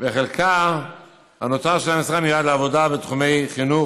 וחלקה הנותר של המשרה מיועד לעבודה בתחומי חינוך,